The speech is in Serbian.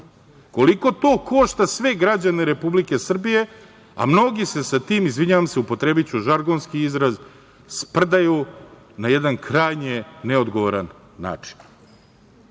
Koliko to košta sve građane Republike Srbije, a mnogi se sa tim, izvinjavam se, upotrebiću žargonski izraz, sprdaju na jedan krajnje neodgovoran način. Iz